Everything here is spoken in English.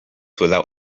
without